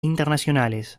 internacionales